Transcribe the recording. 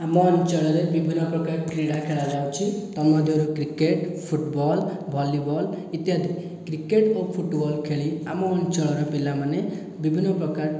ଆମ ଅଞ୍ଚଳରେ ବିଭିନ୍ନ ପ୍ରକାର କ୍ରୀଡ଼ା ଖେଳାଯାଉଛି ତନ୍ମଧ୍ୟରୁ କ୍ରିକେଟ୍ ଫୁଟବଲ୍ ଭଲିବଲ୍ ଇତ୍ୟାଦି କ୍ରିକେଟ୍ ଓ ଫୁଟବଲ୍ ଖେଳି ଆମ ଅଞ୍ଚଳର ପିଲାମାନେ ବିଭିନ୍ନ ପ୍ରକାର